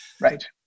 Right